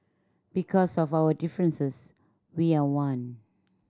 because of our differences we are one